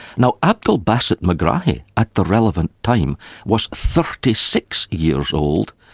now abdel basset megrahi at the relevant time was thirty six years old,